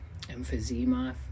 emphysema